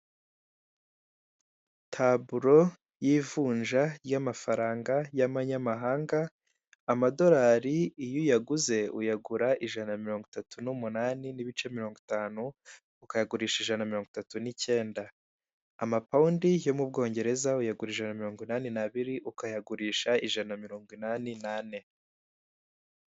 Taburo y'ivunja ry'amafaranga y'amanyamahanga, amadorari iyo uyaguze, uyangura ijana na miringo itatu n'umunani n'ibice mirongo itanu, ukayagurisha inaja na nirongo itatu n'ikenda. Amapawundi yo mu Bwongereza uyagura ijana na mirongo inane n'abiri, ukayagurisha ijana na mirongo inane n'ane.